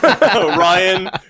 ryan